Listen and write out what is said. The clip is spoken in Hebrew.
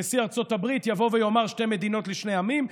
נשיא ארצות הברית יבוא ויאמר "שתי מדינות לשני עמים",